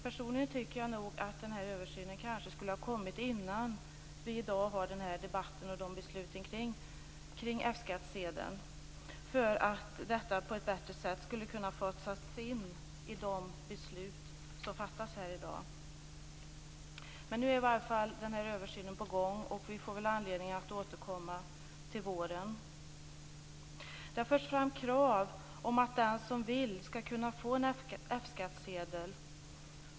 Personligen tycker jag att denna översyn kanske skulle ha gjorts innan vi har denna debatt och fattar beslut om F-skattsedeln för att detta på ett bättre sätt skulle kunna fasas in i de beslut som fattas här i dag. Nu är i alla fall denna översyn på gång, och vi får väl anledning att återkomma i fråga om detta till våren. Det har förts fram krav på att den som vill skall kunna få en F-skattsedel.